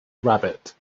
rabbit